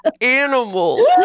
animals